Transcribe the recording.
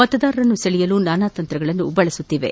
ಮತದಾರರನ್ನು ಸೆಳೆಯಲು ನಾನಾ ತಂತ್ರಗಳನ್ನು ಬಳಸುತ್ತಿವೆ